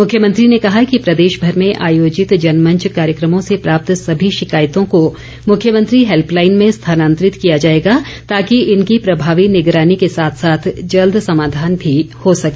मुख्यमंत्री ने कहा कि प्रदेश भर में आयोजित जनमंच कार्यक्रमों से प्राप्त सभी शिकायतों को मुख्यमंत्री हैल्पलाईन में स्थानांतरित किया जाएगा ताकि इनकी प्रभावी निगरानी को साथ साथ जल्द समाधान भी हो सके